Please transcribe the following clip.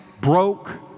broke